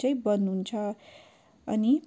चाहिँ बन्द हुन्छ अनि